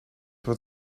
was